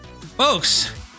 folks